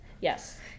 Yes